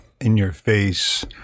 in-your-face